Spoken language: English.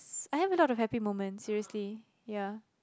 I have a lot of happy moments seriously ya